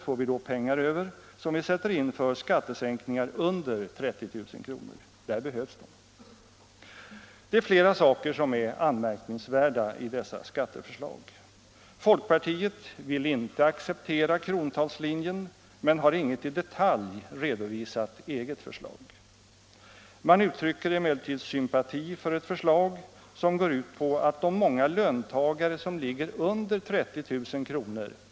får vi då pengar över, som vi sätter in för skat tesänkningar under 30 000 kr. Där behövs de. Det är flera saker som är anmärkningsvärda i dessa skatteförslag. Folkpartiet vill inte acceptera krontalslinjen, men har inget i detalj redovisat eget förslag. Man uttrycker emellertid sympati för ett förslag som går ut på att de många löntagare som ligger under 30 000 kr.